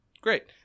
Great